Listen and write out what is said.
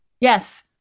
Yes